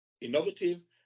Innovative